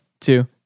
two